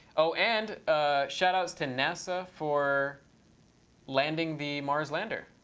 oh, and ah shout outs to nasa for landing the mars lander.